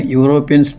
European